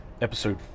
episode